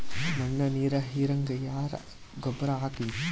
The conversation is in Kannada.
ಮಣ್ಣ ನೀರ ಹೀರಂಗ ಯಾ ಗೊಬ್ಬರ ಹಾಕ್ಲಿ?